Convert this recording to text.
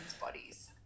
bodies